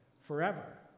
forever